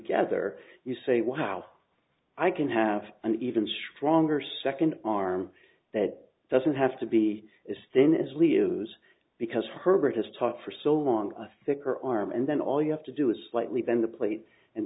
together you say wow i can have an even stronger second arm that doesn't have to be as thin as we use because herbert has talked for so long a sticker or arm and then all you have to do is slightly bend the plate and